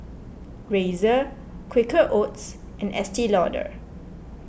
Razer Quaker Oats and Estee Lauder